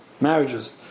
marriages